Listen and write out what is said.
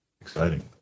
exciting